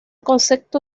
concepto